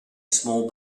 small